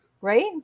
right